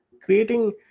creating